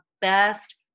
best